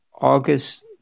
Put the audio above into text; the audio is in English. August